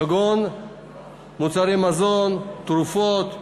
כגון מוצרי מזון ותרופות,